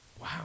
Wow